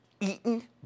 eaten